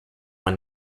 when